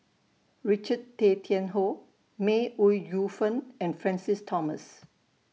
Richard Tay Tian Hoe May Ooi Yu Fen and Francis Thomas